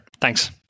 Thanks